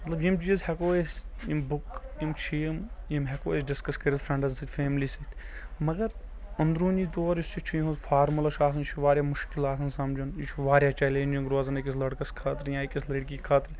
مطلب یِم چیٖز ہیٚکو أسۍ یِم بُکہٕ یِم چھ یِم یِم ہیٚکو أسۍ ڈِسکس کٔرِتھ فرینڈَن سۭتۍ فیملی سۭتۍ مگر أنٛدروٗنی طور یُس یہِ چھُ یہنز فارملہ چھُ آسان یہِ چھُ واریاہ مُشکِل آسان سمجُن یہِ چھُ واریاہ چلینجِنگ روزان أکِس لٔڑکس خأطرٕ یا أکِس لٔڑکی خأطرٕ